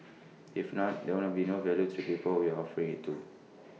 if not there would not be no value to people we are offering IT to